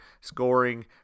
scoring